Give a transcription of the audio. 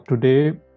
today